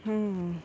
ಹ್ಞೂ